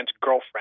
girlfriend